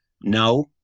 No